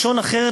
לשון אחרת,